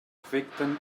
afecten